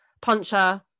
puncher